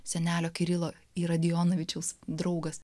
senelio kirilo iradijonovičiaus draugas